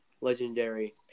legendary